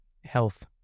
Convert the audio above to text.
health